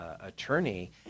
attorney